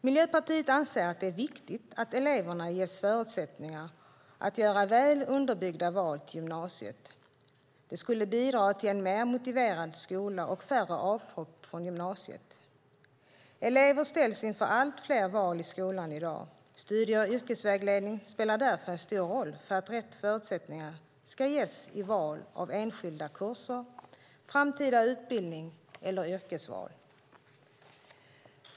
Miljöpartiet anser att det är viktigt att eleverna ges förutsättningar att göra väl underbyggda val till gymnasiet. Det skulle bidra till en mer motiverad skolgång och färre avhopp från gymnasiet. Elever ställs inför allt fler val i skolan i dag. Studie och yrkesvägledning spelar därför en stor roll för att rätt förutsättningar ska ges i val av enskilda kurser, framtida utbildning eller yrkesval.